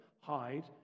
hide